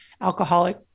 alcoholic